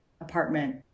apartment